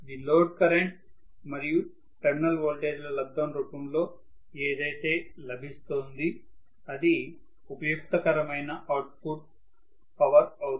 load current మరియు terminal voltage ల లబ్దం రూపంలో ఏదైతే లభిస్తోంది అది ఉపయుక్తకరమైన అవుట్ ఫుట్ పవర్ అవుతుంది